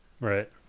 Right